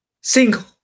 single